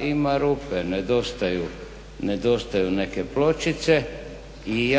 ima rupe, nedostaju neke pločice i